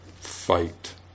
fight